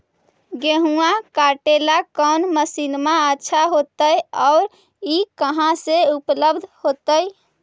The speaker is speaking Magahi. गेहुआ काटेला कौन मशीनमा अच्छा होतई और ई कहा से उपल्ब्ध होतई?